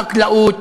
חקלאות,